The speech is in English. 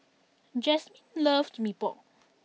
Jasmin loves Mee Pok